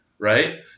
Right